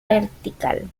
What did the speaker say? vertical